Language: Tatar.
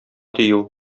тию